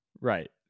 Right